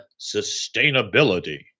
sustainability